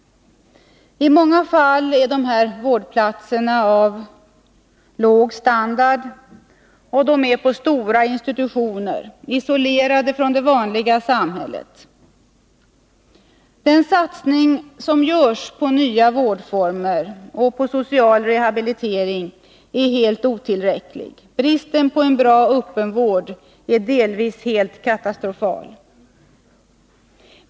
I många fall är dessa vårdplatser av låg standard och finns på stora institutioner, isolerade från det vanliga samhället. Den satsning som görs på nya vårdformer och på social rehabilitering är helt otillräcklig. Bristen på en bra öppenvård är delvis helt katastrofal.